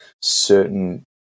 certain